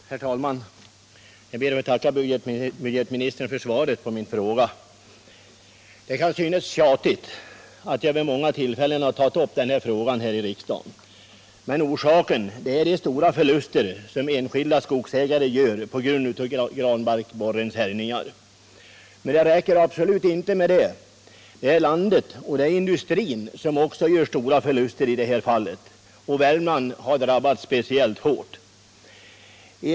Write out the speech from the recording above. Herr talman! Jag ber att få tacka budgetministern för svaret på min fråga. Det kan synas tjatigt att jag vid många tillfällen har tagit upp denna fråga här i riksdagen. Orsaken är de stora förluster som enskilda skogsägare gör på grund av granbarkborrens härjningar. Men det räcker absolut inte med det. Landet och industrin gör också stora förluster, och Värmland har drabbats speciellt hårt.